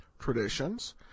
traditions